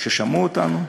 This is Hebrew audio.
בהרגשה ששמעו אותנו,